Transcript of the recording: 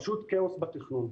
פשוט כאוס בתכנון.